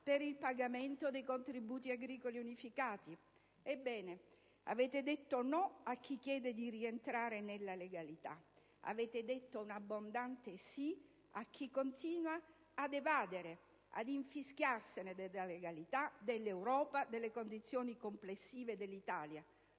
dal Gruppo PD e del senatore D'Alia).* Ebbene, avete detto no a chi chiede di rientrare nella legalità. Avete detto un abbondante sì a chi continua ad evadere e a infischiarsene della legalità, dell'Europa, delle condizioni complessive dell'Italia.